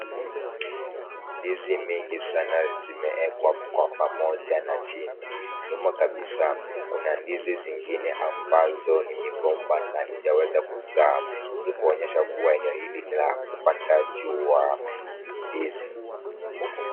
Ndizi mingi sana zimewekwa kwa pamoja na chini. Nyuma kabisa kuna ndizi zingine ambzo ni migomba na hazijaweza kuzaa. Hii kuonyesha kuwa eneo hili ni la upandaji wa ndizi.